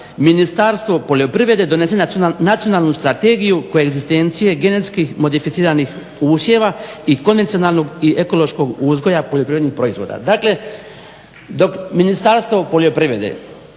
Ministarstvo poljoprivrede donese nacionalnu strategiju koegzistencije genetskih modificiranih usjeva i konvencionalnog i ekološkog uzgoja poljoprivrednih proizvoda. Dakle, dok Ministarstvo poljoprivrede,